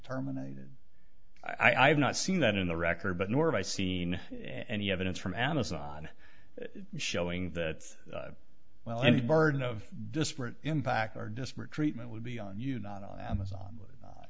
terminated i have not seen that in the record but nor have i seen any evidence from amazon showing that well any burden of disparate impact or disparate treatment would be on you not on amazon